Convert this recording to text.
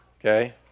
okay